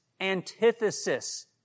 antithesis